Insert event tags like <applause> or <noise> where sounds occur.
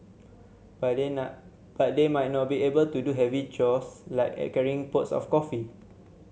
but they <unintelligible> but they might not be able to do heavy chores like carrying pots of coffee